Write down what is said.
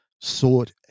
sought